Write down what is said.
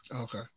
Okay